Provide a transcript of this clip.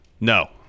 No